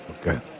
Okay